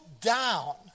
down